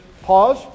pause